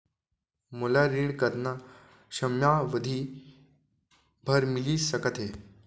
मोला ऋण कतना समयावधि भर मिलिस सकत हे?